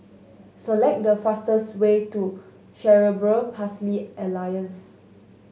select the fastest way to Cerebral Palsy Alliance